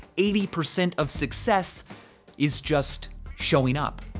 eighty percent of success is just showing up.